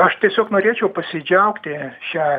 aš tiesiog norėčiau pasidžiaugti šia